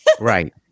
right